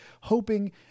hoping